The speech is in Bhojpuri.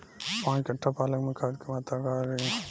पाँच कट्ठा पालक में खाद के मात्रा का रही?